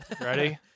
Ready